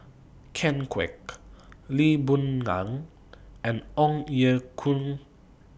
Ken Kwek Lee Boon Ngan and Ong Ye Kung